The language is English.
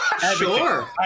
Sure